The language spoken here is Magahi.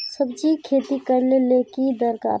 सब्जी खेती करले ले की दरकार?